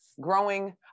growing